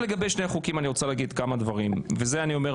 אני דיברתי